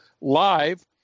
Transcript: live